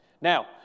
Now